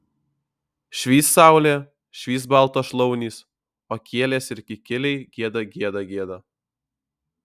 švyst saulė švyst baltos šlaunys o kielės ir kikiliai gieda gieda gieda